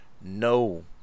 No